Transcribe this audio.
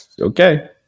Okay